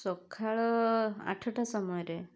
ସକାଳ ଆଠଟା ସମୟରେ